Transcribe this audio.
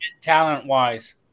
talent-wise